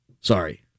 Sorry